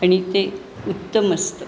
आणि ते उत्तम असतं